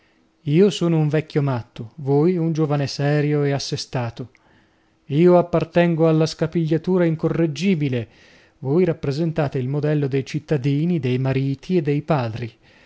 io sono un vecchio matto voi un giovane serio ed assestato io appartengo alla scapigliatura incorreggibile voi rappresentate il modello dei cittadini dei mariti e dei padri